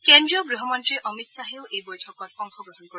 কেন্দ্ৰীয় গ্হমন্ত্ৰী অমিত শ্বাহেও এই বৈঠকখনত অংশগ্ৰহণ কৰিব